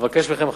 אבקש מכם,